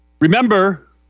Remember